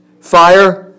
Fire